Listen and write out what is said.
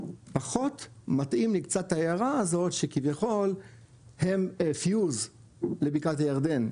פחות מתאים לי קצת ההערה הזאת שכביכול הם פיוז לבקעת הירדן,